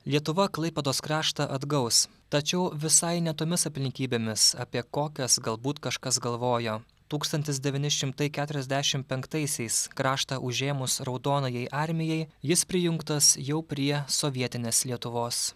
lietuva klaipėdos kraštą atgaus tačiau visai ne tomis aplinkybėmis apie kokias galbūt kažkas galvojo tūkstantis devyni šimtai keturiasdešimt penktaisiais kraštą užėmus raudonajai armijai jis prijungtas jau prie sovietinės lietuvos